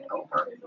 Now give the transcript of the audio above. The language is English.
over